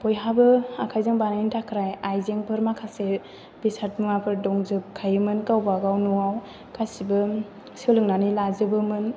बयहाबो आखाइजों बानायनो थाखाय आइजेंफोर माखासे बेसाद मुवाफोर दंजोबखायोमोन गावबागाव न'आव गासैबो सोलोंनानै लाजोबोमोन